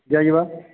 ଦିଆଯିବା